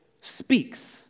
speaks